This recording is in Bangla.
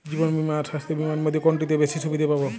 জীবন বীমা আর স্বাস্থ্য বীমার মধ্যে কোনটিতে বেশী সুবিধে পাব?